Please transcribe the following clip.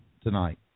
tonight